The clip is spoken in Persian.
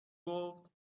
گفتقحطی